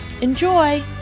Enjoy